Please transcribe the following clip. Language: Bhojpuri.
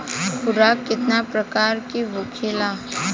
खुराक केतना प्रकार के होखेला?